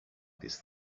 these